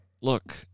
look